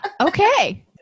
Okay